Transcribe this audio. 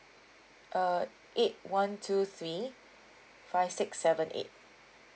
uh eight one two three five six seven eight